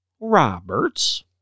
Roberts